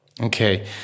Okay